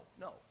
no